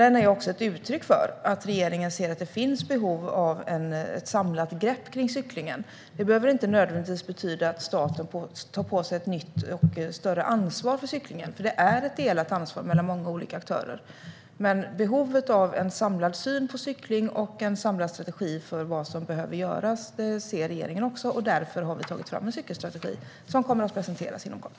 Men strategin är ett uttryck för att regeringen ser att det finns behov av ett samlat grepp kring cyklingen. Det behöver inte nödvändigtvis betyda att staten tar på sig ett nytt och större ansvar för cyklingen, för det är ett delat ansvar mellan många olika aktörer. Men behovet av en samlad syn på cykling och en samlad strategi för vad som behöver göras ser även regeringen, och därför har vi tagit fram en cykelstrategi som kommer att presenteras inom kort.